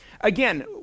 Again